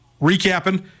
recapping